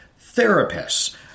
therapists